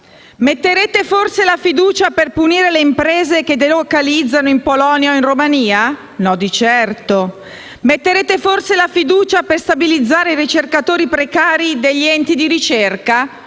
Metterete forse la fiducia per punire le imprese che delocalizzano in Polonia o in Romania? No di certo. Metterete forse la fiducia per stabilizzare i ricercatori precari degli enti di ricerca?